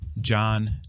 John